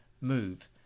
move